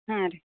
ಹಾಂ ರೀ